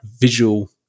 visual